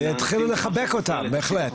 ויתחילו לחבק אותם בהחלט.